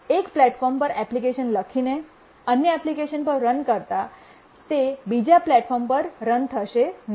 એક પ્લેટફોર્મ પર એપ્લિકેશન લખીને અને એપ્લિકેશન પર રન કરતા તે બીજા પ્લેટફોર્મ પર રન થશે નહીં